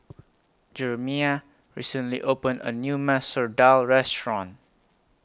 Jerimiah recently opened A New Masoor Dal Restaurant